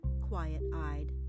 quiet-eyed